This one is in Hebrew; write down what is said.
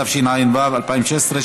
התשע"ו 2016,